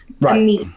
Right